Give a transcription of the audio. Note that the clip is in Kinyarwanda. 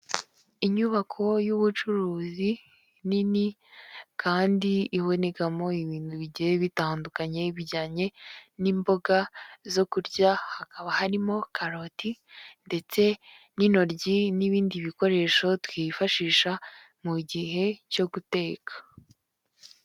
Inyubako y'ubucuruzi, nini kandi ibonekamo ibintu bigiye bitandukanye, bijyanye n'imboga zo kurya, hakaba harimo karoti, ndetse n'intoryi, n'ibindi bikoresho twifashisha, mu gihe cyo guteka.